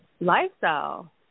lifestyle